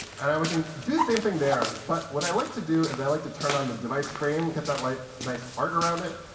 and um we can do the same thing there. but what i like to do is i like to turn on the device frame and get that like nice art around it.